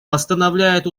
постановляет